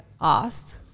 asked